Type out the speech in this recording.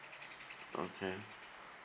okay